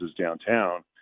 downtown